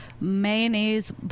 Mayonnaise